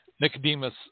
Nicodemus